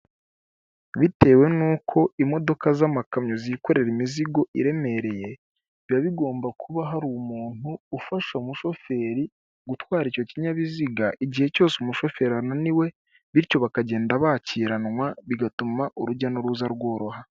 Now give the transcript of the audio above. Bitewe n'uko imodoka z'amakamyo zikorera imizigo iremereye biba bigomba kuba hari umuntu ufasha umushoferi gutwara icyo kinyabiziga igihe cyose umushoferi ananiwe bityo bakagenda bakiranwa bigatuma urujya n'uruza rworoha.